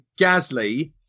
Gasly